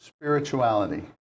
spirituality